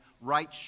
right